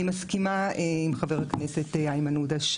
אני מסכימה עם חבר הכנסת איימן עודה,